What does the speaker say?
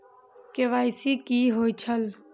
KYC कि होई छल?